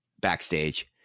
backstage